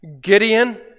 Gideon